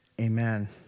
amen